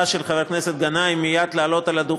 של חבר הכנסת גנאים לעלות מייד על הדוכן,